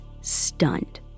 stunned